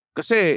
Kasi